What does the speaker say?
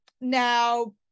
now